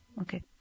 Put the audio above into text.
Okay